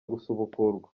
gusubukurwa